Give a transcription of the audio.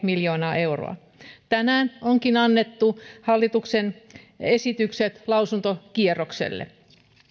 miljoonaa euroa tänään onkin annettu hallituksen esitykset lausuntokierrokselle